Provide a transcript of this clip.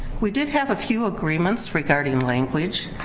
we did have a few agreements regarding language.